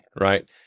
right